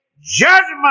Judgment